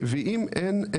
ואם אין,